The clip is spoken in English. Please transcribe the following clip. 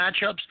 matchups